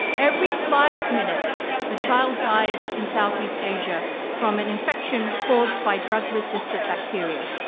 every five minutes a child dies in southeast asia from an infection caused by drug resistant bacteria.